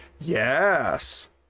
Yes